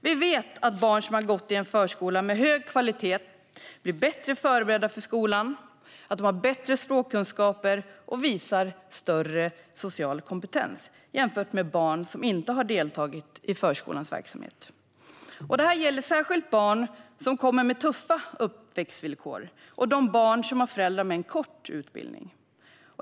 Vi vet att barn som har gått i en förskola med hög kvalitet blir bättre förberedda för skolan, har bättre språkkunskaper och visar större social kompetens jämfört med barn som inte har deltagit i förskolans verksamhet. Detta gäller särskilt barn som kommer med tuffa uppväxtvillkor och de barn som har föräldrar med en kort utbildning.